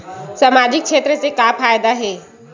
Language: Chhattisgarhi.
सामजिक क्षेत्र से का फ़ायदा हे?